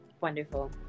Wonderful